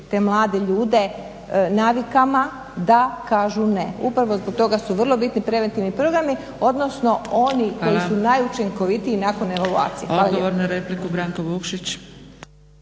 te mlade ljude navikama da kažu ne. Upravo zbog toga su vrlo bitni preventivni programi, odnosno oni koji su najučinkovitiji nakon evaluacije. **Zgrebec, Dragica